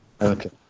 Okay